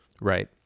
Right